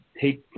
take